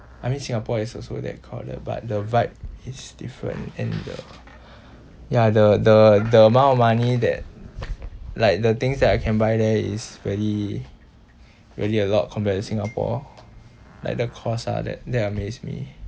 I mean singapore is also that crowded but the vibe is different and the ya the the the amount of money that like the things that I can buy there is really really a lot compared to singapore like the cost ah there there amaze me